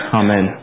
amen